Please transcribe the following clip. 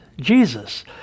Jesus